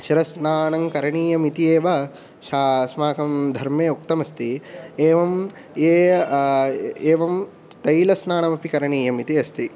शिरस्नानं करणीयमिति एव अस्माकं धर्मे उक्तमस्ति एवं ये एवं तैलस्नानमपि करणीयमिति अस्ति